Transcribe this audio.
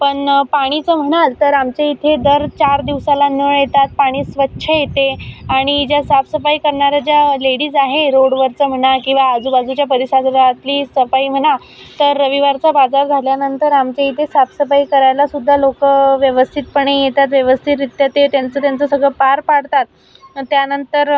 पण पाणीचं म्हणाल तर आमच्या इथे दर चार दिवसाला नळ येतात पाणी स्वच्छ येते आणि ज्या साफसफाई करणाऱ्या ज्या लेडीज आहे रोडवरचं म्हणा किंवा आजूबाजूच्या परीसाजरातली सफाई म्हणा तर रविवारचा बाजार झाल्यानंतर आमच्या इथे साफसफाई करायलासुद्धा लोक व्यवस्थितपणे येतात व्यवस्थितरित्या ते त्यांचं त्यांचं सगळं पार पाडतात आणि त्यानंतर